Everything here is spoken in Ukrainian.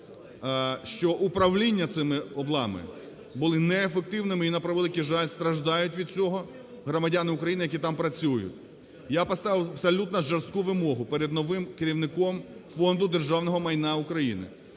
що управління цими "облами" були неефективними. І на превеликий жаль, страждають від цього громадяни України, які там працюють. Я поставив абсолютно жорстку вимогу перед новим керівником Фонду державного майна України